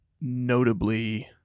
notably